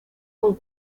con